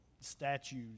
statues